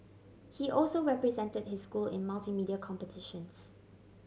he also represented his school in multimedia competitions